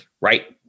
right